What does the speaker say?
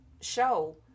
show